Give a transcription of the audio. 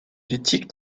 l’éthique